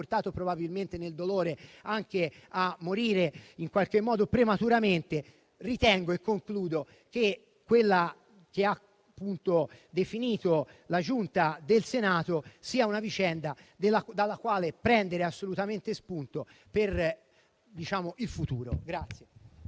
che lo ha portato probabilmente nel dolore anche a morire prematuramente, io ritengo che quella che ha definito la Giunta del Senato sia una vicenda dalla quale prendere assolutamente spunto per il futuro.